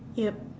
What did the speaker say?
yup